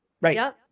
Right